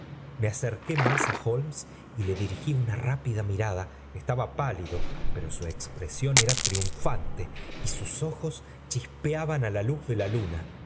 me acerque mas a holmes y le dirigí una rápida mirada pistaba pálido poro su expresión era triunfante y sus ojos chispeaban á la luz de la luna